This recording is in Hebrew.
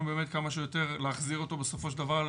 באמת כמה שיותר להחזיר אותו בסופו של דבר,